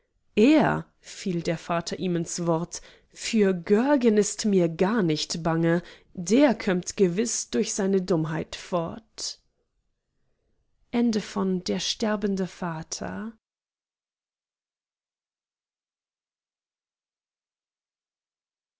er fiel der vater ihm ins wort für görgen ist mir gar nicht bange der kömmt gewiß durch seine dummheit fort